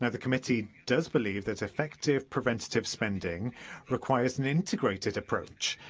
and the committee does believe that effective preventative spending requires an integrated approach,